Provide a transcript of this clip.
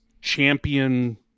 champion